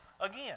again